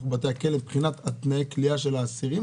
בתי הכלא מבחינת תנאי הכליאה של האסירים?